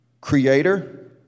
Creator